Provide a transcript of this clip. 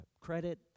credit